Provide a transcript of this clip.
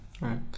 Right